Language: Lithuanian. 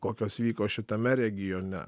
kokios vyko šitame regione